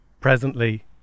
presently